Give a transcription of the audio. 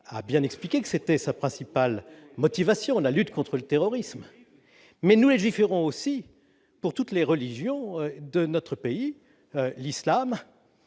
a bien expliqué que c'était sa principale motivation : la lutte contre le terrorisme, mais nous légiférons aussi pour toutes les religions de notre pays, l'Islam